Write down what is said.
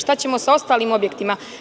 Šta ćemo sa ostalim objektima?